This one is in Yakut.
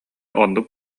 оннук